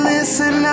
Listen